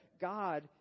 God